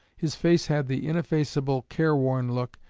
his face had the ineffaceable care-worn look,